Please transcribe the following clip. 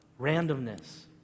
randomness